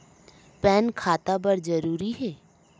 Pan खाता बर जरूरी हे?